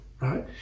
right